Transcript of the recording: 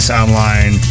online